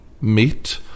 meet